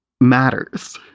matters